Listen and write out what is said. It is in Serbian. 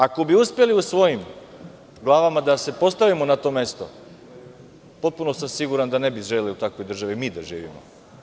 Ako bi uspeli u svojim glavama da se postavimo na to mesto, potpuno sam sigurna da ne bi želeli da u takvoj državi mi da živimo.